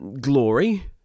glory